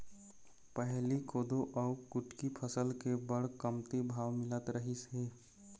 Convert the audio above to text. पहिली कोदो अउ कुटकी फसल के बड़ कमती भाव मिलत रहिस हे